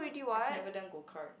I've never done go kart